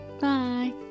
Bye